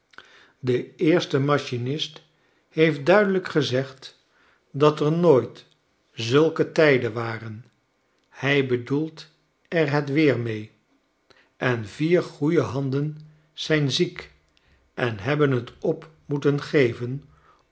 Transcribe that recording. de eerste machinist heeft duidelijk gezegd dat er nooit zulke tijden waren hy bedoelt er het weer mee en vier goeie handen zijn ziek en hebben t op moeten geyen